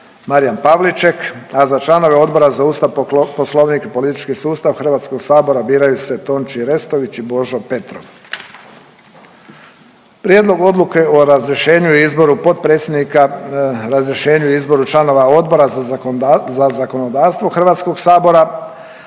Marijan Pavliček, a za članove Odbora za Ustav, Poslovnik i politički sustav biraju se Tonči Restović i Božo Petrov. Prijedlog Odluke o razrješenju i izboru potpredsjednika, razrješenju i izboru članova Odbora za zakonodavstvo Hrvatskog sabora.